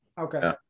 Okay